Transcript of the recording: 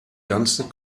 ganze